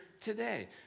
today